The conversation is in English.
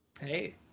Hey